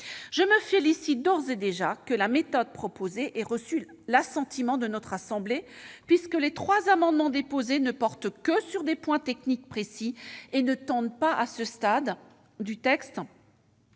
Je me félicite d'ores et déjà que la méthode proposée ait reçu l'assentiment de notre assemblée, puisque les amendements déposés ne portent que sur des points techniques précis et ne tendent pas à ce que le texte